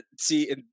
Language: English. See